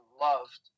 loved